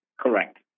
Correct